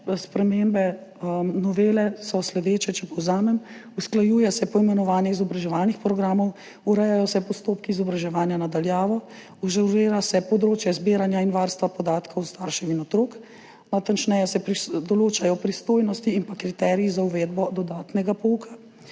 spremembe novele so naslednje, če povzamem. Usklajuje se poimenovanje izobraževalnih programov, urejajo se postopki izobraževanja na daljavo, ažurira se področje zbiranja in varstva podatkov staršev in otrok, natančneje se določajo pristojnosti in kriteriji za uvedbo dodatnega pouka,